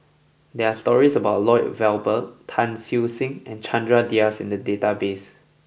there are stories about Lloyd Valberg Tan Siew Sin and Chandra Das in the database